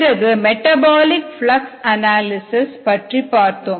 பிறகு metabolic flux analysis பற்றி பார்த்தோம்